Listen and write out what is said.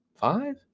Five